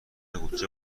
قوطی